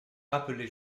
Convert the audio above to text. rappelé